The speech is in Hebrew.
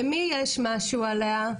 למי יש משהו עליה?